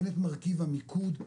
אין את מרכיב המיקוד,